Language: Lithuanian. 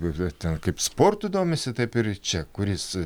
yra ten kaip sportu domisi taip ir čia kuris